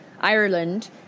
Ireland